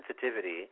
sensitivity